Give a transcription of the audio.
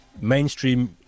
mainstream